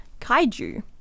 kaiju